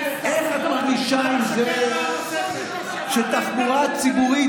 איך את מרגישה עם זה שהתחבורה הציבורית